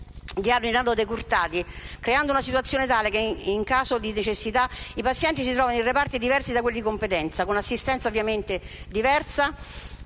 di anno in anno decurtati, creando una situazione tale che, in caso di necessità, i pazienti si trovano in reparti diversi da quelli di competenza, con assistenza, ovviamente diversa,